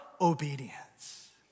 obedience